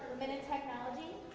and in technology,